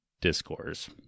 discourse